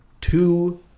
two